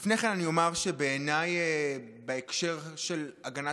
לפני כן אני אומר שבעיניי בהקשר של הגנת